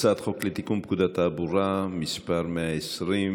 הצעת חוק לתיקון פקודת התעבורה (מס' 120),